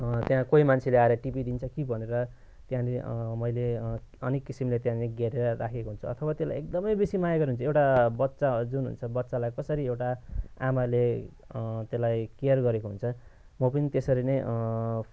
त्यहाँ कोही मान्छेले आएर टिपिदिन्छ कि भनेर त्यहाँनिर मैले अनेक किसिमले त्यहाँनिर बारेर राखेको हुन्छ अथवा त्यसलाई एकदमै बेसी माया गऱ्यो भने चाहिँ एउटा बच्चा जुन हुन्छ बच्चालाई कसरी एउटा आमाले त्यसलाई केयर गरेको हुन्छ म पनि त्यसरी नै